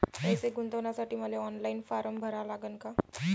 पैसे गुंतवासाठी मले ऑनलाईन फारम भरा लागन का?